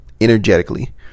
Energetically